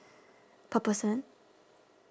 per person